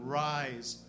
rise